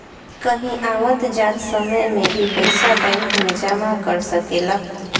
कहीं आवत जात समय में भी पइसा बैंक में जमा कर सकेलऽ